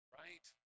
right